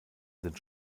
sind